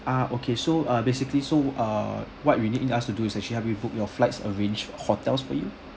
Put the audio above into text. ah okay so uh basically so uh what we need us to do is actually I mean book your flights arrange hotels for you